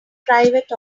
private